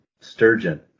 sturgeon